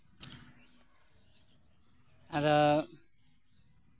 ᱟᱫᱚ